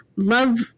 Love